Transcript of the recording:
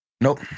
Nope